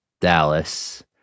Dallas